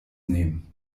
nehmen